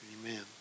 Amen